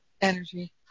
energy